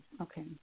okay